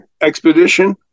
expedition